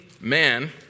man